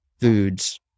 foods